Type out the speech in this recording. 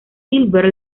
silver